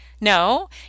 No